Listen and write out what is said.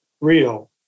real